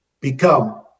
become